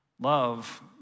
Love